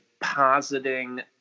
positing